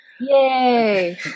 yay